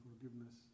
forgiveness